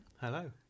Hello